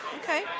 Okay